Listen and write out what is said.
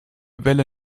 welle